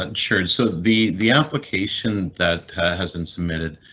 and sure, and so the the application that has been submitted,